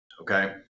okay